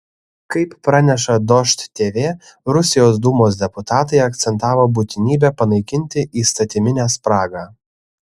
kaip praneša dožd tv rusijos dūmos deputatai akcentavo būtinybę panaikinti įstatyminę spragą